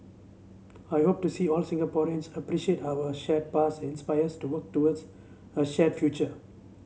I hope to see all Singaporeans appreciate our shared past inspire us to work towards a shared future